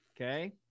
Okay